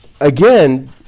Again